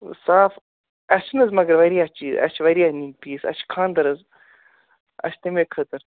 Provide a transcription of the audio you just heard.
صاف اَسہِ چھِنہٕ حظ مگر واریاہ چیٖز اَسہِ چھِ واریاہ نِنۍ پیٖس اَسہِ چھُ خانٛدر حظ اَسہِ چھُ تَمے خٲطرٕ